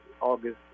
August